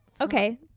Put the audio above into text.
Okay